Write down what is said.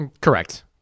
Correct